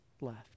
left